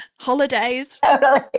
holidays ah but